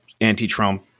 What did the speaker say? anti-Trump